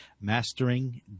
Mastering